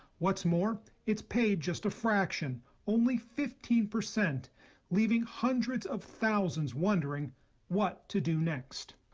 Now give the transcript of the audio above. what's more it's pay just a fraction only fifteen percent leaving hundreds of thousands wondering what to do next.